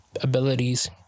abilities